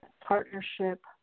partnership